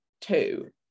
two